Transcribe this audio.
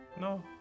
No